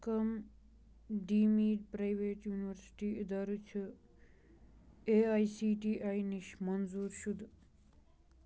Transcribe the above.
کَم deemed private university اِدارٕ چھِ A I C T E نِش منظور شُدٕ